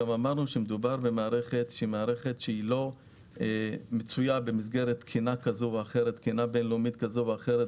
אמרנו גם שמדובר במערכת שלא מצויה במסגרת תקינה בין-לאומית כזו או אחרת